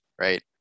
Right